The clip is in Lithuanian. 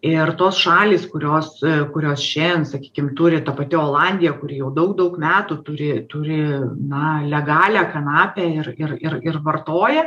ir tos šalys kurios kurios šiandien sakykim turi ta pati olandija kuri jau daug daug metų turi turi na legalią kanapę ir ir ir ir vartoja